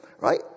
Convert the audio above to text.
right